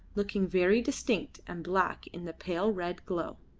looking very distinct and black in the pale red glow.